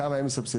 כמה הם מסבסדים,